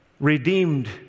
redeemed